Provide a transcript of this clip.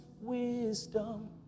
wisdom